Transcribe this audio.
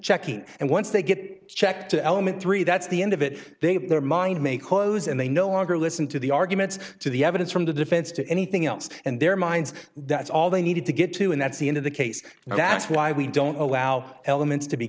checking and once they get checked to element three that's the end of it their mind may close and they no longer listen to the arguments to the evidence from the defense to anything else and their minds that's all they need to get to and that's the end of the case and that's why we don't allow elements to be